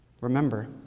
remember